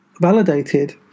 validated